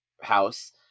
house